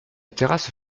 terrasse